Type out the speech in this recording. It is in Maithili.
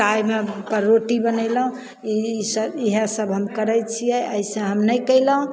ताइमे रोटी बनेलहुँ ईसब इएह सब हम करय छियै अइसे हम नहि कयलहुँ